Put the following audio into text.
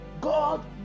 god